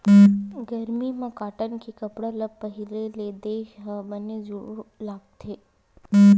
गरमी म कॉटन के कपड़ा ल पहिरे ले देहे ह बने जूड़ लागथे